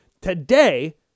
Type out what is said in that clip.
today